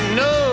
no